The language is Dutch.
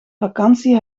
vakantie